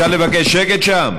חברים, אפשר לבקש שקט שם?